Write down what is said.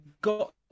got